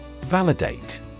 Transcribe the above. Validate